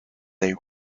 they